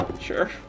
Sure